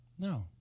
No